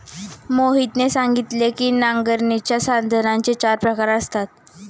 मोहितने सांगितले की नांगरणीच्या साधनांचे चार प्रकार असतात